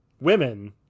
women